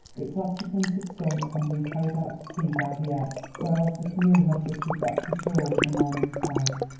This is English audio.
its occupant had sunk and been carried out to sea by the ebb, whereas the canoe had drifted back to shore with the morning tide.